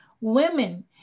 Women